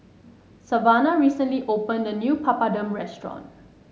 Savanna recently opened a new Papadum restaurant